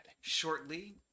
shortly